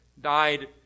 died